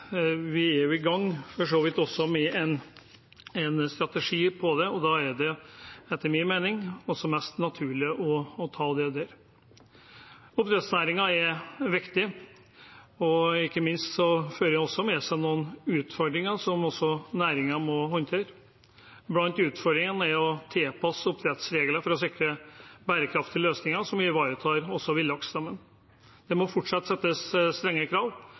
vi er jo i gang med en strategi for det, og da er det etter min mening mest naturlig å ta det der. Oppdrettsnæringen er viktig, men den fører ikke minst også med seg noen utfordringer som næringen må håndtere. Blant de utfordringene er å tilpasse oppdrettsregler for å sikre bærekraftige løsninger som også ivaretar villaksstammen. Det må fortsatt settes strenge krav